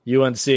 UNC